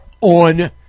on